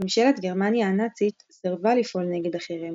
ממשלת גרמניה הנאצית סירבה לפעול נגד החרם,